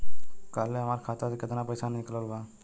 काल्हे हमार खाता से केतना पैसा निकलल बा?